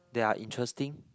that are interesting